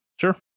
Sure